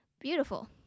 beautiful